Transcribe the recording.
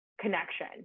connection